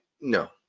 no